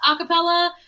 acapella